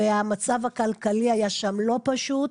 נשים והמצב הכלכלי היה שם לא פשוט.